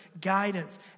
guidance